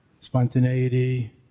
spontaneity